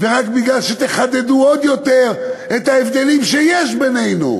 רק כי תחדדו עוד יותר את ההבדלים שיש בינינו.